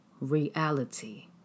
reality